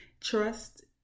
Trust